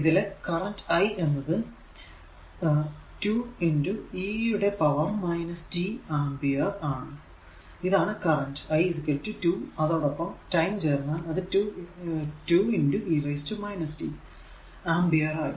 ഇതിലെ current i എന്നത് 2 e യുടെ പവർ t ആമ്പിയർ ഇതാണ് കറന്റ് i 2 അതോടൊപ്പം ടൈം ചേർന്നാൽ അത് 2 e t ആമ്പിയർ ആയി